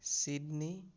Sydney